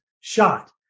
shot